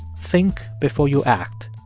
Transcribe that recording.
think before you act,